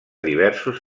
diversos